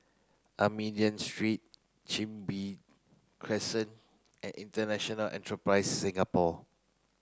Armenian Street Chin Bee Crescent and International Enterprise Singapore